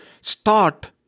start